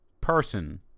person